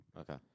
Okay